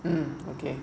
mmhmm okay